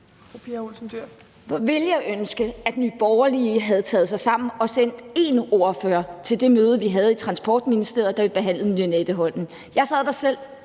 Hvor ville jeg ønske, at Nye Borgerlige havde taget sig sammen og sendt en ordfører til det møde, vi havde i Transportministeriet, da vi behandlede Lynetteholmen. Jeg sad der selv